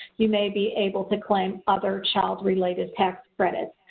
you may be able to claim other child related tax credits.